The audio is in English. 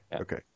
okay